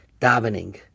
davening